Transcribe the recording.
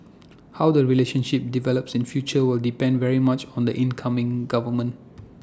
how the relationship develops in future will depend very much on the incoming government